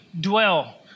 dwell